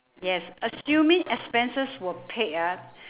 yes assuming expenses were paid ah